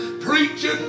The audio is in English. preaching